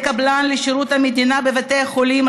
קליטת 3,000 עובדי קבלן לשירות המדינה בבתי החולים,